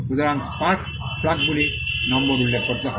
সুতরাং স্পার্ক প্লাগগুলি নম্বর উল্লেখ করতে হবে